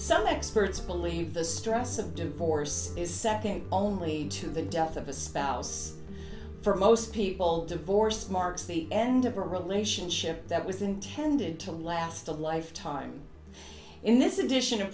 some experts believe the stress of divorce is second only to the death of a spouse for most people divorce marks and the relationship that was intended to last a lifetime in this edition of